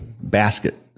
basket